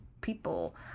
people